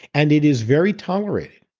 and it is very tolerated.